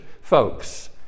folks